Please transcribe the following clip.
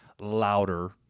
louder